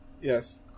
Yes